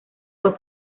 fue